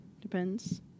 Depends